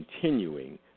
continuing